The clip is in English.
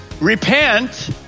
Repent